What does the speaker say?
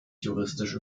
juristisch